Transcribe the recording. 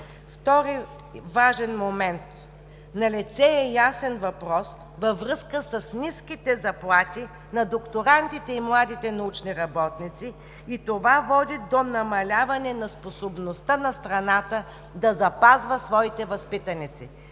Втори важен момент. Налице е ясен въпрос във връзка с ниските заплати на докторантите и младите научни работници и това води до намаляване на способността на страната да запазва своите възпитаници.